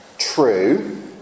true